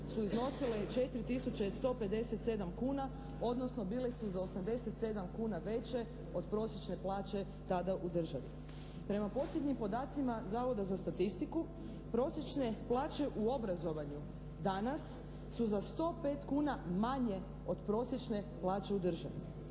su iznosile 4 tisuće 157 kuna odnosno bile su za 87 kuna veće od prosječne plaće tada u državi. Prema posljednjim podacima Zavoda za statistiku prosječne plaće u obrazovanju danas su za 105 kuna manje od prosječne plaće u državi.